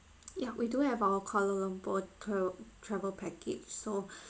ya we do have our kuala lumpur tour travel package so